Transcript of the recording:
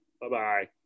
Bye-bye